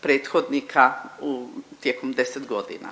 prethodnika u tijekom 10 godina.